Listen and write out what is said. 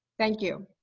thank you,